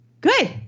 Good